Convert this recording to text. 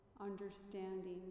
understanding